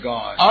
God